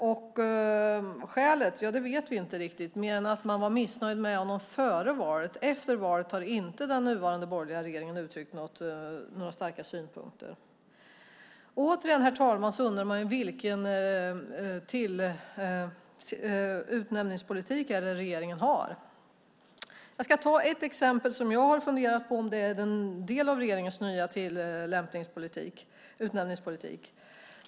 Vad som var skälet vet vi inte riktigt utöver att man var missnöjd med honom före valet. Efter valet har den nuvarande borgerliga regeringen inte uttryckt några starka synpunkter. Herr talman! Återigen undrar man vilken utnämningspolitik regeringen har. Jag ska ta ett exempel på något som jag har funderat på om det är en del av regeringens nya utnämningspolitik.